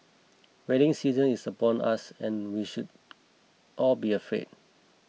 wedding season is upon us and we should all be afraid